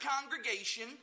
congregation